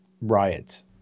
riots